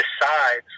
decides –